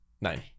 nine